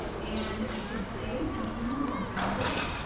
and i should say something about